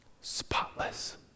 Spotless